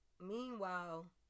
Meanwhile